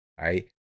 right